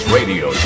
Radio